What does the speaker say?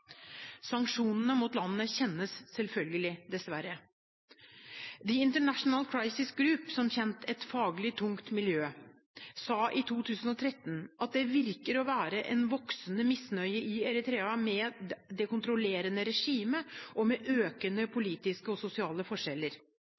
Sanksjonene mot landet kjennes selvfølgelig, dessverre. The International Crisis Group – som kjent et faglig tungt miljø – sa i 2013 at det synes å være en voksende misnøye i Eritrea med det kontrollerende regimet og med økende